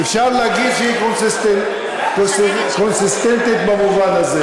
אפשר להגיד שהיא קונסיסטנטית במובן הזה.